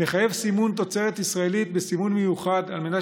ונחייב סימון תוצרת ישראלית בסימון מיוחד על מנת